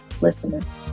listeners